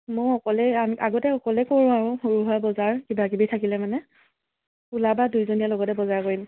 মই অকলে আৰু আগতে অকলে কৰোঁ আৰু সৰু সুৰা বজাৰ কিবা কিবি থাকিলে মানে উলাবা দুইজনীয়ে লগতে বজাৰ কৰিম